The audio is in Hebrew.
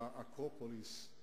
על האקרופוליס,